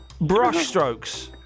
Brushstrokes